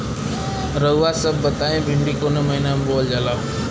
रउआ सभ बताई भिंडी कवने महीना में बोवल जाला?